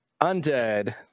Undead